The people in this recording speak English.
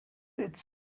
its